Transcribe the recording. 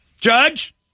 Judge